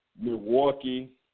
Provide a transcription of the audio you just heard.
Milwaukee